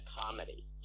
comedy